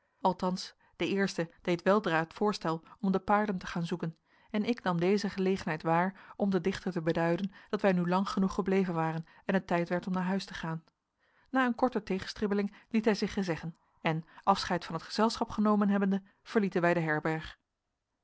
althans de eerste deed weldra het voorstel om de paarden te gaan zoeken en ik nam deze gelegenheid waar om den dichter te beduiden dat wij nu lang genoeg gebleven waren en het tijd werd om naar huis te gaan na een korte tegenstribbeling liet hij zich gezeggen en afscheid van het gezelschap genomen hebbende verlieten wij de herberg